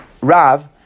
Rav